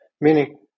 meaning